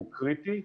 הוא קריטי.